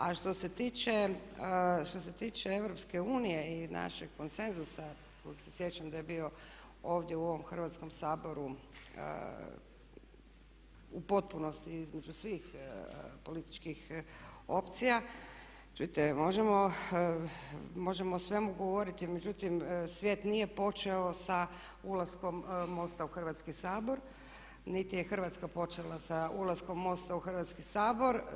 A što se tiče EU i našeg konsenzusa kojeg se sjećam da je bio ovdje u ovom Hrvatskom saboru u potpunosti između svih političkih opcija čujte možemo o svemu govoriti međutim svijet nije počeo sa ulaskom MOST-a u Hrvatski sabor niti je Hrvatska počela sa ulaskom MOST-a u Hrvatski sabor.